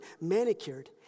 manicured